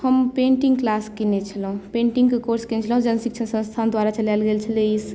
हम painting class केने छलहुँ पेंटिंगके कोर्स कयने छलहुँ जहन शिक्षण संस्थान द्वारा चलायल गेल छलै